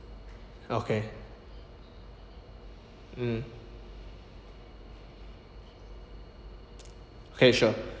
okay mm okay sure